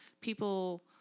people